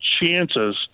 chances